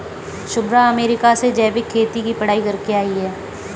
Shubhra America से जैविक खेती की पढ़ाई करके आई है